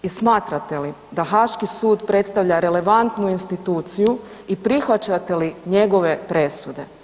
I smatrate li da Haški sud predstavlja relevantnu instituciju i prihvaćate li njegove presude?